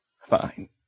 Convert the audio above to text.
Fine